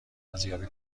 ارزیابی